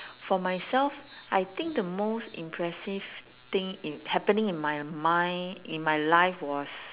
for myself I think the most impressive thing in happening in my mind in my life was